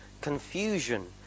confusion